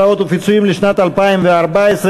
גמלאות ופיצויים לשנת 2014,